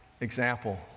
example